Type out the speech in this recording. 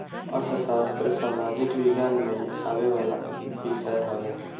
अर्थशास्त्र सामाजिक विज्ञान में आवेवाला विषय हवे